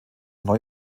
neu